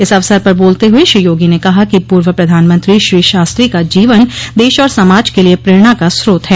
इस अवसर पर बोलते हुए श्री योगी ने कहा कि पूर्व प्रधानमंत्री श्री शास्त्री का जीवन देश और समाज के लिए प्रेरणा का स्रोत है